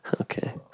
Okay